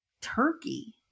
Turkey